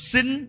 Sin